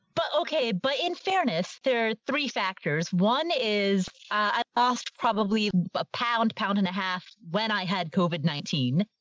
but, okay. but in fairness, there are three factors. one is, ah, i lost probably a pound, pound and a half when i had covert nineteen,